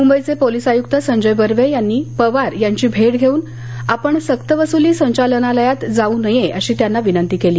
मुंबईचे पोलीस आयुक्त संजय बर्वे यांनी पवार यांची भेट घेऊन आपण सक्तवसुली संचालनालयात जाऊ नये अशी त्यांना विनंती केली